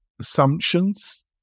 Assumptions